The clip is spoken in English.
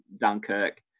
Dunkirk